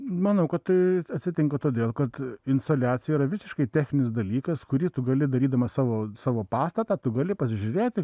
manau kad tai atsitinka todėl kad insoliacija yra visiškai techninis dalykas kurį tu gali darydamas savo savo pastatą tu gali pasižiūrėti